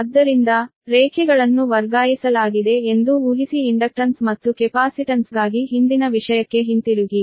ಆದ್ದರಿಂದ ರೇಖೆಗಳನ್ನು ವರ್ಗಾಯಿಸಲಾಗಿದೆ ಎಂದು ಊಹಿಸಿ ಇಂಡಕ್ಟನ್ಸ್ ಮತ್ತು ಕೆಪಾಸಿಟನ್ಸ್ಗಾಗಿ ಹಿಂದಿನ ವಿಷಯಕ್ಕೆ ಹಿಂತಿರುಗಿ